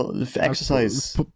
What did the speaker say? exercise